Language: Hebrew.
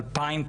טעיתם,